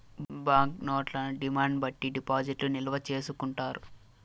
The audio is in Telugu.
బాంక్ నోట్లను డిమాండ్ బట్టి డిపాజిట్లు నిల్వ చేసుకుంటారు